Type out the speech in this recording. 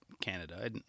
Canada